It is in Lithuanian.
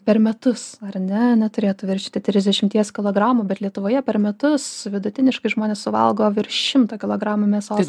per metus ar ne neturėtų viršyti trisdešimties kilogramų bet lietuvoje per metus vidutiniškai žmonės suvalgo virš šimto kilogramų mėsos